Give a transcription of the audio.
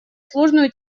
сложную